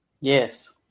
Yes